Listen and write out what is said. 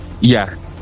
Yes